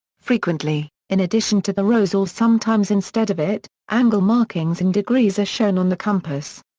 frequently, in addition to the rose or sometimes instead of it, angle markings in degrees are shown on the compass.